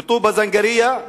בטובא-זנגרייה,